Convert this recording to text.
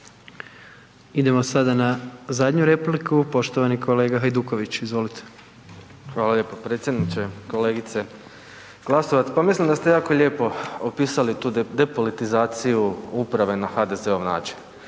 Idemo sada na zadnju repliku. Poštovani kolega Hajduković. Izvolite. **Hajduković, Domagoj (SDP)** Hvala lijepo predsjedniče. Kolegice Glasovac, pa mislim da ste jako lijepo opisali tu depolitizaciju uprave na HDZ-ov način.